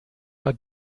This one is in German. war